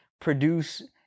produce